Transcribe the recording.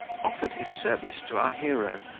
offered his service to our hero,